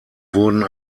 wurden